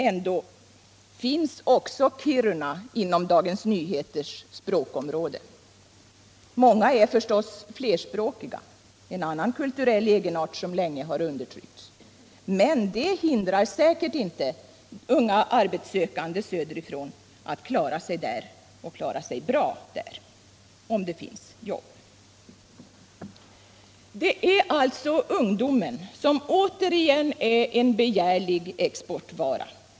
Ändå finns också Kiruna inom Dagens Nyheters språkområde. Många är förstås flerspråkiga — en annan kulturell egenart som länge har undertryckts — men det hindrar säkert inte unga arbetssökande söderifrån att klara sig där och klara sig bra, om det finns jobb. Det är alltså ungdomen som återigen är en begärlig exportvara.